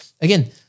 again